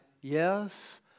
Yes